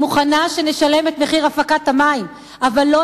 אני מוכנה שנשלם את מחיר הפקת המים אבל לא